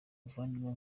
muvandimwe